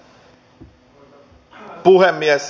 arvoisa puhemies